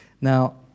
Now